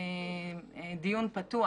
דיון פתוח